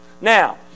Now